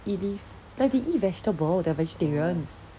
eat leaf like they eat vegetables they are vegetarians